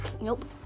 Nope